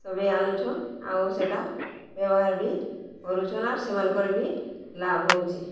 ସଭିଏଁ ଆନୁଛନ୍ ଆଉ ସେଟା ବ୍ୟବହାର ବି କରୁଛନ୍ ଆର୍ ସେମାନଙ୍କର ବି ଲାଭ ହଉଚେ